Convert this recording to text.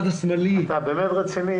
אלה כמות המאומתים ליום.